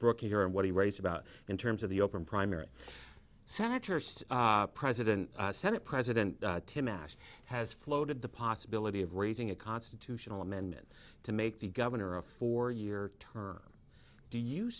brooke here in what he writes about in terms of the open primary senators president senate president tim ash has floated the possibility of raising a constitutional amendment to make the governor a four year term do you